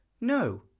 no